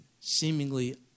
seemingly